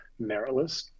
meritless